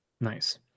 Nice